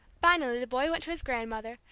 finally the boy went to his grandmother,